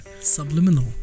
Subliminal